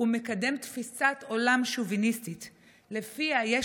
ומקדם תפיסת עולם שוביניסטית שלפיה יש